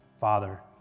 Father